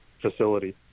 facility